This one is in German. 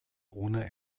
ohne